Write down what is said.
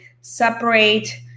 separate